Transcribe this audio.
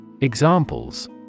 Examples